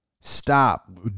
Stop